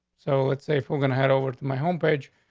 so it's safe. we're gonna head over to my home page.